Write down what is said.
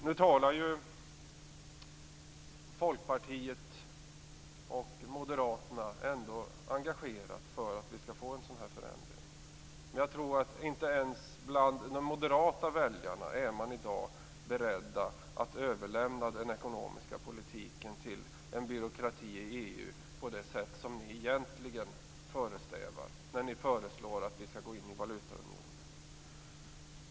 Nu talar Folkpartiet och Moderaterna ändå engagerat för att vi skall få en sådan förändring. Men jag tror att man inte ens bland de moderata väljarna i dag är beredd att överlämna den ekonomiska politiken till en byråkrati i EU på det sätt som ni egentligen förespråkar när ni föreslår att vi skall gå in i valutaunionen.